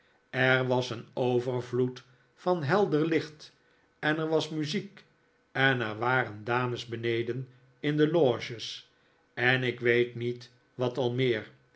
er was een overvloed van helder licht en er was muziek en er waren dames beneden in de loges en ik weet niet wat al meer